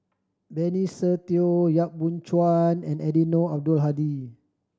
Benny Se Teo Yap Boon Chuan and Eddino Abdul Hadi